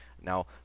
Now